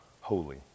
holy